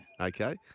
Okay